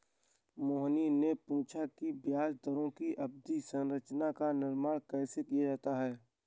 मोहिनी ने पूछा कि ब्याज दरों की अवधि संरचना का निर्माण कैसे किया जाता है?